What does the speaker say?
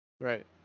Right